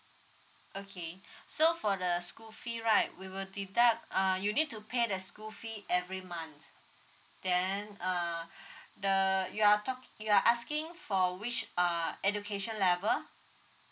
okay so for the school fee right we will deduct uh you need to pay the school fee every month then uh the you're talking you're asking for which uh education level